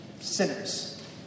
sinners